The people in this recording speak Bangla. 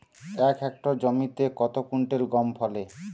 এক হেক্টর জমিতে কত কুইন্টাল গম ফলে?